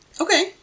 Okay